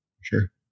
sure